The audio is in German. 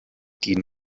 die